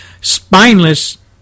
spineless